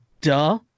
Duh